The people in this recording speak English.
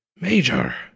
Major